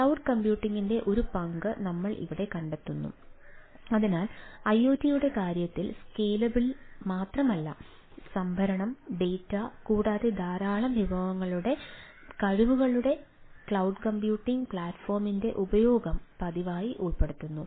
cloud കമ്പ്യൂട്ടിംഗിന്റെ ഒരു പങ്ക് ഞങ്ങൾ അവിടെ കണ്ടെത്തുന്നു അതിനാൽ ഐഒടിയുടെ കാര്യത്തിൽ സ്കെയിലിംഗിൽ മാത്രമല്ല സംഭരണം ഡാറ്റ കൂടാതെ ധാരാളം വിഭവങ്ങളുടെ ഞങ്ങളുടെ കഴിവുകളുടെ ക്ലൌഡ് കമ്പ്യൂട്ടിംഗ് പ്ലാറ്റ്ഫോമിന്റെ ഉപയോഗം പതിവായി ഉൾപ്പെടുന്നു